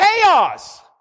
chaos